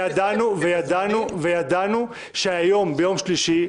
ידענו שהיום ביום שלישי,